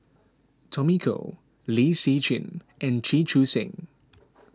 Tommy Koh Lin Hsin Chee and Chee Chu Seng